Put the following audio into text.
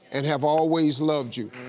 and have always loved you.